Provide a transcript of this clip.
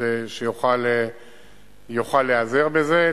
כדי שיוכל להיעזר בזה.